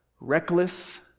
reckless